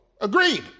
Agreed